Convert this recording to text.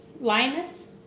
Linus